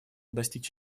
достичь